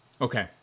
Okay